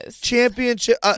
championship